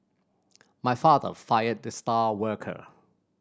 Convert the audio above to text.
my father fired the star worker